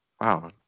wow